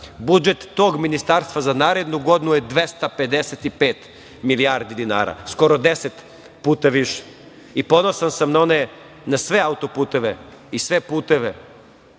Budžet tog ministarstva za narednu godinu je 255 milijardi dinara, skoro 10 puta više. Ponosan sam na sve autoputeve i sve puteve